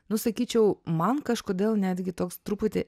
nu sakyčiau man kažkodėl netgi toks truputį